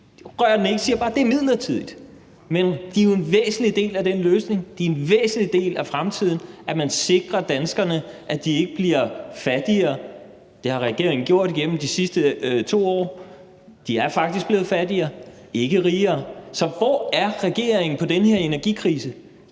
den ikke, men siger bare, at det er midlertidigt. Men de er jo en væsentlig del af den løsning. De er en væsentlig del af fremtiden. Det er væsentligt, at man sikrer danskerne – at de ikke bliver fattigere. Det har regeringen gjort dem igennem de sidste 2 år. De er faktisk blevet fattigere, ikke rigere. Så hvor er regeringen i forhold til den her energikrise?